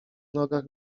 nogach